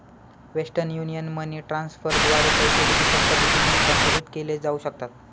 western union money ट्रान्स्फरद्वारे पैसे digital पद्धतीने हस्तांतरित केले जाऊ शकतात